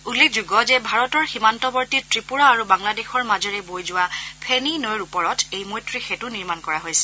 উল্লেখযোগ্য যে ভাৰতৰ সীমান্তৱৰ্তী ত্ৰিপুৰা আৰু বাংলাদেশৰ মাজেৰে বৈ যোৱা ফেনী নৈৰ ওপৰত এই মৈত্ৰী সেতূ নিৰ্মাণ কৰা হৈছে